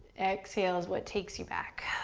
exhale is what takes you back.